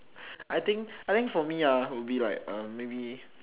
I think I think for me ah will be like uh maybe